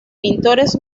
pintores